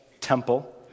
temple